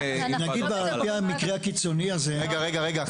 נגיד על פי המקרה הקיצוני הזה --- רגע,